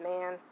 man